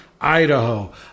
Idaho